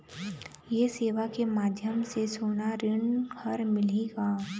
ये सेवा के माध्यम से सोना ऋण हर मिलही का?